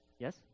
Yes